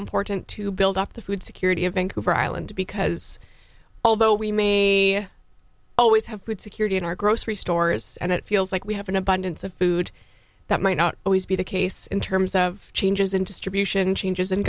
important to build up the food security of vancouver island because although we may always have food security in our grocery stores and it feels like we have an abundance of food that might not always be the case in terms of changes in distribution changes in